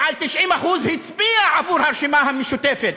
מעל 90% הצביע עבור הרשימה המשותפת.